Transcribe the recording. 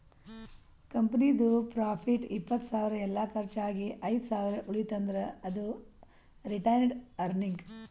ಕಂಪನಿದು ಪ್ರಾಫಿಟ್ ಇಪ್ಪತ್ತ್ ಸಾವಿರ ಎಲ್ಲಾ ಕರ್ಚ್ ಆಗಿ ಐದ್ ಸಾವಿರ ಉಳಿತಂದ್ರ್ ಅದು ರಿಟೈನ್ಡ್ ಅರ್ನಿಂಗ್